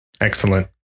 excellent